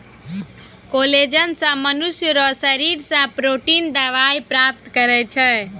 collagen से मनुष्य रो शरीर से प्रोटिन दवाई प्राप्त करै छै